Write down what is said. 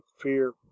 Fear